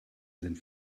sind